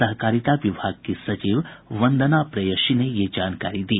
सहकारिता विभाग की सचिव वंदना प्रेयषी ने ये जानकारी दी